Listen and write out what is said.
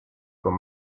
con